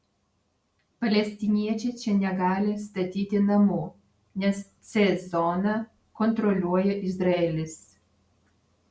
palestiniečiai čia negali statyti namų nes c zoną kontroliuoja izraelis